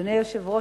אדוני היושב-ראש,